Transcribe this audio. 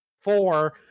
four